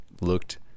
looked